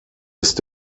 ist